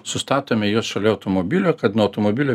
sustatome juos šalia automobilio kad nuo automobilio